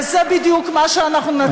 וזה בדיוק מה שאנחנו נציע.